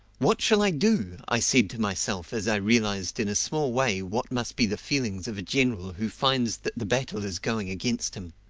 what shall i do? i said to myself as i realised in a small way what must be the feelings of a general who finds that the battle is going against him.